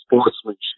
sportsmanship